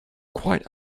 quite